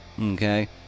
okay